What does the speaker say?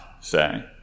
say